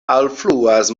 alfluas